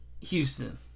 Houston